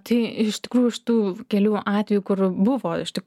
tai iš tikrųjų iš tų kelių atvejų kur buvo iš tik